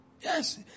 Yes